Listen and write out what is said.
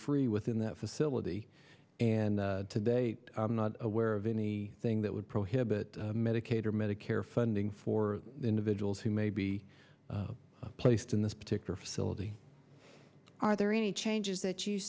free within that facility and today i'm not aware of any thing that would prohibit medicaid or medicare funding for individuals who may be placed in this particular facility are there any changes